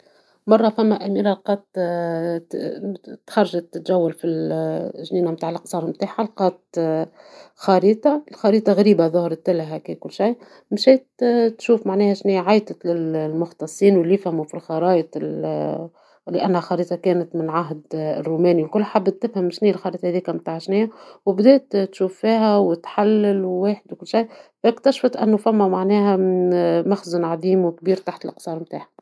مرة فما أميرة قط خرجت تتجول في الجنينة نتاع القصر نتاعها لقات خريطة ، الخريطة غريبة ظهرتلها هكا وكل شي ، مشات تشوف معناها شنيا عيطت للمختصين ولي يفهموا في الخرايط لأنها خريطة كانت من عهد الروماني والكل ، حبت تفهم شنوا هذيكا الخريطة نتاع شنيا وبدات تشوف فيها وتحلل وكل شي واكتشفت أنه فما معناها مخزن كبير وعظيم تحت القصر نتاعها.